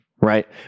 right